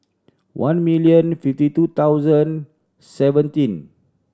one million fifty two thousand seventeen